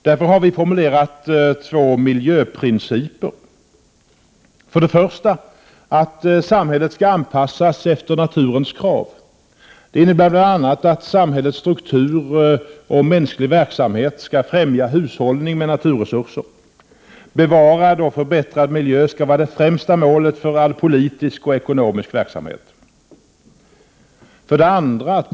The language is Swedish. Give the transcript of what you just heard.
Därför har vi formulerat två ”miljöprinciper”: 1. ”Samhället skall anpassas efter naturens krav.” Det innebär bl.a. att samhällets struktur och mänsklig verksamhet skall främja hushållning med naturresurser. Bevarad och förbättrad miljö skall vara det främsta målet för all politisk och ekonomisk verksamhet. 2.